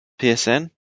PSN